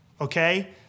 okay